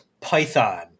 Python